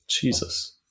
Jesus